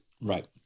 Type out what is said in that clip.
Right